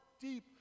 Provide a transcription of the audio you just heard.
deep